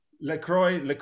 LaCroix